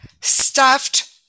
stuffed